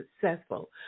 successful